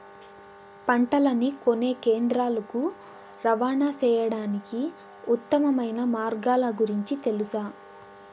పంటలని కొనే కేంద్రాలు కు రవాణా సేయడానికి ఉత్తమమైన మార్గాల గురించి తెలుసా?